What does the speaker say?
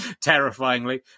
terrifyingly